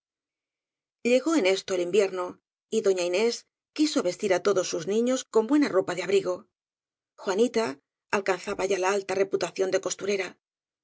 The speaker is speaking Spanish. llegó en esto el invierno y doña inés quiso vestir á todos sus niños con buena ropa de abrigo juanita alcanzaba ya alta reputación de costurera